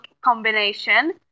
combination